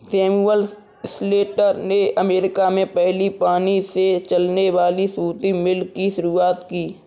Samuel Slater ने America में पहली पानी से चलने वाली सूती मिल की शुरुआत की